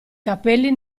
capelli